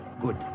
good